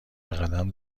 بقدم